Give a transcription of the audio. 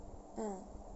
mm